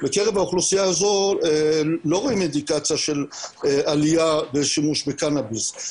בקרב האוכלוסייה הזאת לא רואים אינדיקציה של עלייה בשימוש בקנאביס,